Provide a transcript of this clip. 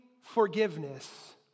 forgiveness